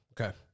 Okay